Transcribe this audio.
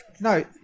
no